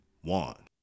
One